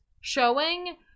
showing